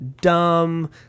dumb